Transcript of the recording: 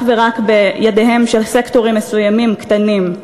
ורק בידיהם של סקטורים מסוימים קטנים.